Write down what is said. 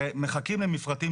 הרי מחכים למפרטים,